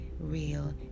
real